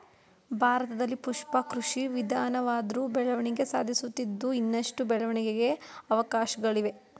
ಭಾರತದಲ್ಲಿ ಪುಷ್ಪ ಕೃಷಿ ನಿಧಾನವಾದ್ರು ಬೆಳವಣಿಗೆ ಸಾಧಿಸುತ್ತಿದ್ದು ಇನ್ನಷ್ಟು ಬೆಳವಣಿಗೆಗೆ ಅವಕಾಶ್ಗಳಿವೆ